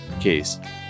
case